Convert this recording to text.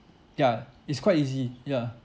ya it's quite easy yeah